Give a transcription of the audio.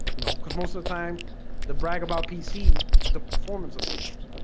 you know, cuz most of the time the brag about pc is the performance of the games